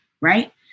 right